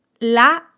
la